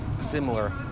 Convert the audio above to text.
similar